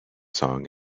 song